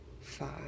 five